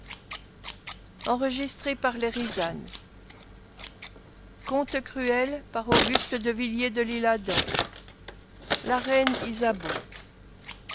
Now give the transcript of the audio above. la reine ysabeau